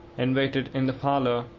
and waited in the parlour